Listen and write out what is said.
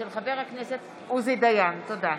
תודה.